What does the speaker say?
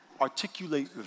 Articulate